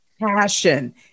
passion